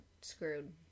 screwed